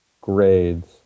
grades